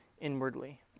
inwardly